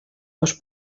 dos